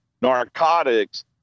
narcotics